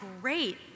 great